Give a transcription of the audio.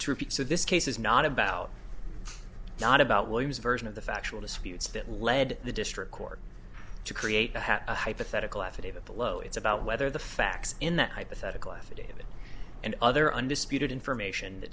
true so this case is not about not about williams version of the factual disputes bit led the district court to create to have a hypothetical affidavit the low it's about whether the facts in that hypothetical affidavit and other undisputed information the